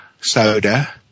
soda